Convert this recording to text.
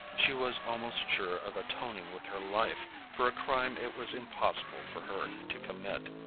she was almost sure of atoning with her life for a crime it was impossible for her to commit.